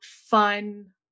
fun